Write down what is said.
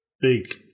big